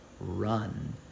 run